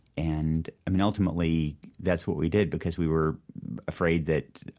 and i mean, ultimately that's what we did because we were afraid that,